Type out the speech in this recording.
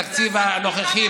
בתקציב הנוכחי,